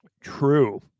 true